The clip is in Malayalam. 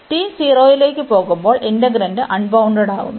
t 0ലേക്ക് പോകുമ്പോൾ ഇന്റെഗ്രാന്റ് അൺബൌണ്ടഡ്ഡാകുന്നു